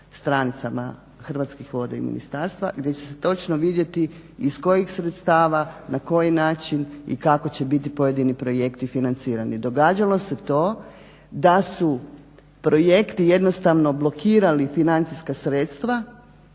stranicama Hrvatskih voda i ministarstva, gdje će se točno vidjeti iz kojih sredstava, na koji način i kako će biti pojedini projekti financirani. Događalo se to da su projekti jednostavno blokirali financijska sredstva,